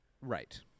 Right